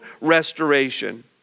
restoration